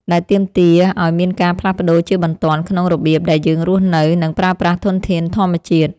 ដែលទាមទារឱ្យមានការផ្លាស់ប្តូរជាបន្ទាន់ក្នុងរបៀបដែលយើងរស់នៅ និងប្រើប្រាស់ធានធានធម្មជាតិ។